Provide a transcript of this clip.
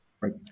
Right